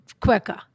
quicker